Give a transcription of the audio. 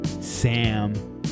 Sam